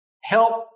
help